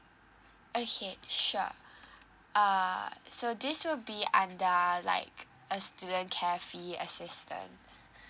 okay sure err so this will be under like a student care fee assistance